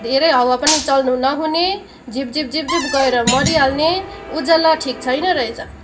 धेरै हावा पनि चल्नु नहुने झिप झिप झिप झिप गएर मरिहाल्ने उजाला ठिक छैन रहेछ